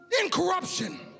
incorruption